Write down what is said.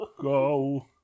go